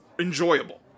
Enjoyable